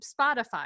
spotify